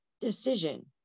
decision